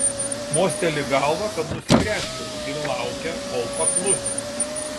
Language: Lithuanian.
mosteli galva kad nusigręžčiau ir laukia kol paklusiu